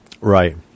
Right